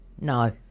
No